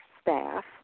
staff